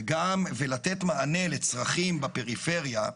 ולתת מענה לצרכים בפריפריה,